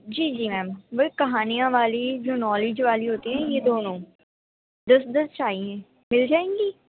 جی جی میم وہی کہانیاں والی جو نولج والی ہوتی ہیں یہ دونوں دس دس چاہیے مل جائیں گی